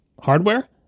hardware